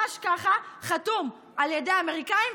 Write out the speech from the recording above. חתום על ידי האמריקנים,